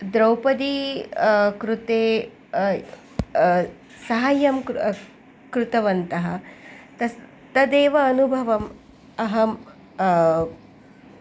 द्रौपदी कृते सहायं कृ कृतवन्तः तस् तदेव अनुभवम् अहं